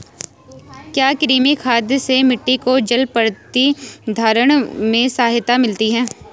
क्या कृमि खाद से मिट्टी को जल प्रतिधारण में सहायता मिलती है?